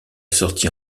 sortie